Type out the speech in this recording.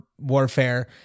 warfare